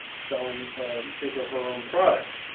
selling his or her own products.